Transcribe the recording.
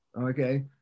Okay